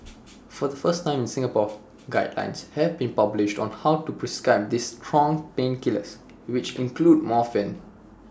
for the first time in Singapore guidelines have been published on how to prescribe these strong painkillers which include morphine